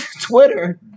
Twitter